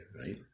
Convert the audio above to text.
right